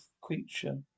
creature